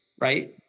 Right